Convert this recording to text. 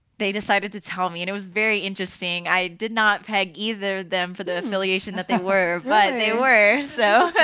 they decided to tell me. and it was very interesting. i did not peg either of them for the affiliation that they were. but they were. so so